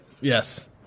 Yes